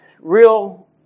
real